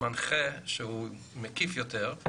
מנחה שהוא מקיף יותר.